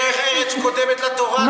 אדוני נכבדי, דרך ארץ קודמת לתורה.